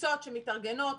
קבוצות שמתארגנות,